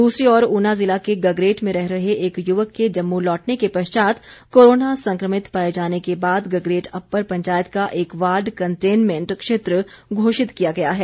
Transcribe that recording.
दूसरी ओर ऊना ज़िला के गगरेट में रह रहे एक युवक के जम्मू लौटने के पश्चात कोरोना संक्रमित पाए जाने के बाद गगरेट अप्पर पंचायत का एक वार्ड कंटेनमेंट क्षेत्र घोषित किया गया है